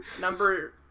number